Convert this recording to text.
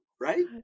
right